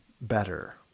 better